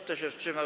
Kto się wstrzymał?